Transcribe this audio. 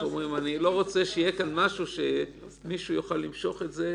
אני לא רוצה שיהיה כאן משהו שמישהו יוכל למשוך את זה.